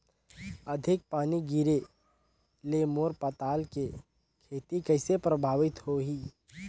अधिक पानी गिरे ले मोर पताल के खेती कइसे प्रभावित होही?